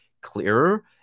clearer